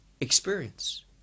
experience